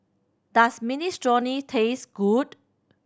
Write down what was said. does Minestrone taste good